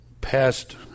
past